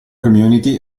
community